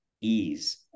ease